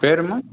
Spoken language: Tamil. பேர்மா